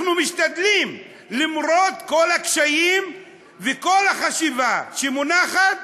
אנחנו משתדלים למרות כל הקשיים וכל החשיבה שמונחת,